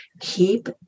keep